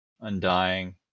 undying